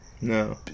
No